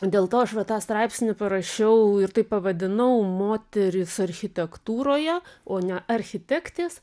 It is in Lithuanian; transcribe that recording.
dėl to aš va tą straipsnį parašiau ir taip pavadinau moterys architektūroje o ne architektės